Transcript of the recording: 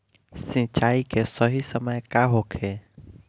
सिंचाई के सही समय का होखे?